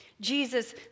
Jesus